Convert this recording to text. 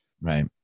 Right